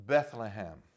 Bethlehem